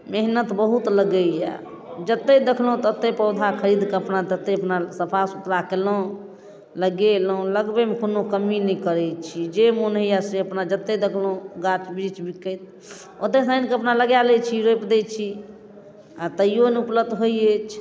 मेहनत बहुत लगैए जतै देखलहुँ ततै पौधा खरीद कऽ अपना ततय अपना सफा सुथरा केलहुँ लगेलहुँ लगबैमे कोनो कमी नहि करै छी जे मोन होइए से अपना जतै देखलहुँ गाछ वृक्ष बिकाइत ओतयसँ आनि कऽ अपना लगा लै छी रोपि दै छी आओर तैयो नहि उपलब्ध होइ अछि